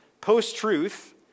Post-truth